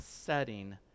setting